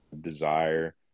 desire